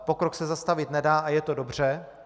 Pokrok se zastavit nedá a je to dobře.